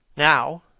now,